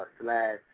slash